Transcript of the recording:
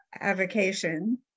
avocation